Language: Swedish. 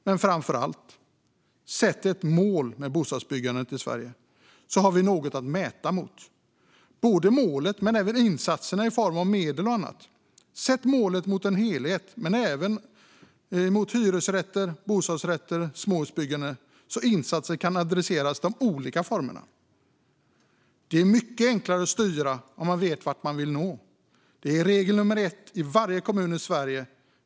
Men sätt framför allt ett mål för bostadsbyggandet i Sverige, så att vi har något att mäta mot när det gäller både målet och insatserna i form av medel och annat. Sätt målet mot en helhet men även mot hyresrätter, bostadsrätter och småhusbyggande så att insatser kan adresseras till de olika formerna. Det är mycket enklare att styra om man vet vart man vill nå. Det är regel nummer ett i varje kommun i Sverige.